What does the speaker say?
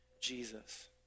Jesus